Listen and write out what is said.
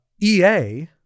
ea